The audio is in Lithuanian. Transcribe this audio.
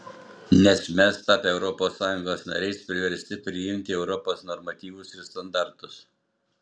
nes mes tapę europos sąjungos nariais priversti priimti europos normatyvus ir standartus